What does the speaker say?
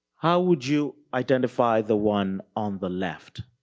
how would you identify the one on the left?